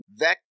Vec